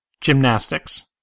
Gymnastics